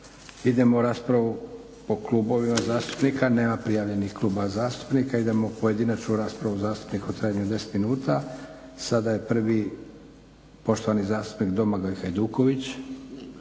Idemo na raspravu po klubovima zastupnika. Nema prijavljenih klubova zastupnika. Idemo na pojedinačnu raspravu zastupnika u trajanju od deset minuta. Sada je prvi poštovani zastupnik Domagoj Hajduković.